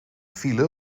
file